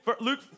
Luke